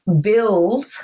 build